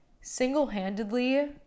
single-handedly